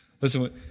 Listen